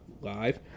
live